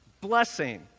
Blessing